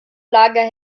lager